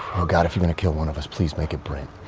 god if you're gonna kill one of us, please make it brent.